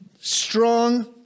strong